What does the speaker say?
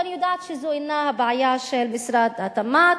ואני יודעת שזו אינה הבעיה של משרד התמ"ת,